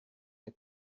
der